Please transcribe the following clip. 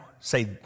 Say